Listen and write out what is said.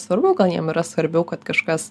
svarbu gal jiem yra svarbiau kad kažkas